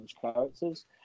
characters